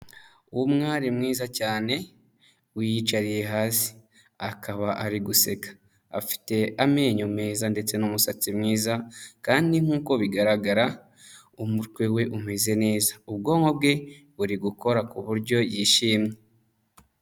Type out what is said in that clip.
Umwari mwiza cyane wiyicariye hasi akaba ari guseka, afite amenyo meza ndetse n'umusatsi mwiza kandi nk'uko bigaragara umutwe we umeze neza, ubwonko bwe buri gukora ku buryo yishimye.